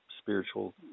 spiritual